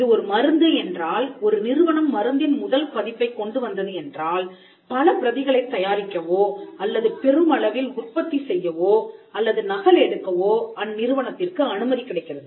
இது ஒரு மருந்து என்றால் ஒரு நிறுவனம் மருந்தின் முதல் பதிப்பைக் கொண்டு வந்தது என்றால் பல பிரதிகளைத் தயாரிக்கவோ அல்லது பெருமளவில் உற்பத்தி செய்யவோ அல்லது நகலெடுக்கவோ அந்நிறுவனத்திற்கு அனுமதி கிடைக்கிறது